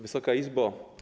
Wysoka Izbo!